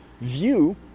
view